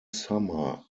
summer